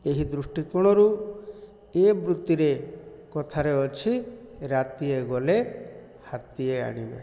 ଏହି ଦୃଷ୍ଟିକୋଣରୁ ଏ ବୃତ୍ତିରେ କଥାରେ ଅଛି କଥାରେ ଅଛି ରାତିଏ ଗଲେ ହାତୀଏ ଆଣିବେ